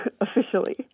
officially